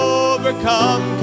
overcome